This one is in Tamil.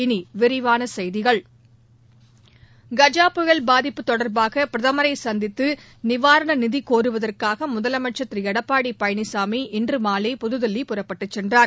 இனி விரிவான செய்திகள் கஜா புயல் பாதிப்பு தொடர்பாக பிரதமரை சந்தித்து நிவாரண நிதி கோருவதற்காக முதலமைச்சர் திரு எடப்பாடி பழனிசாமி இன்று மாலை புதுதில்லி புறப்பட்டுச்சென்றார்